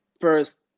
first